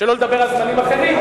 שלא לדבר על זמנים אחרים,